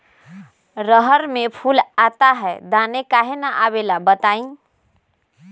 रहर मे फूल आता हैं दने काहे न आबेले बताई?